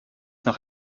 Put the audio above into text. noch